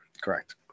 Correct